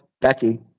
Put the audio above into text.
Becky